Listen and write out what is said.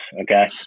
okay